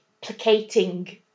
placating